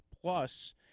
plus